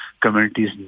communities